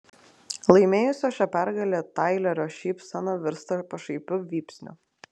laimėjusio šią pergalę tailerio šypsena virsta pašaipiu vypsniu